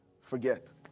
forget